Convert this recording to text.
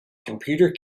computer